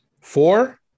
Four